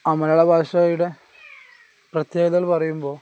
ആ മലയാള ഭാഷയുടെ പ്രത്യേകതകള് പറയുമ്പോള്